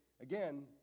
again